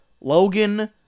Logan